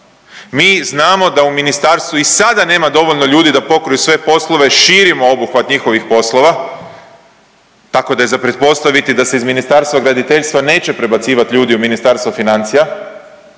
Mi znamo da u ministarstvu i sada nema dovoljno ljudi da pokriju sve poslove, širimo obuhvat njihovih poslova tako da je za pretpostaviti da se iz Ministarstva graditeljstva neće prebacivati ljudi u Ministarstvo financija.